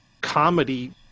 comedy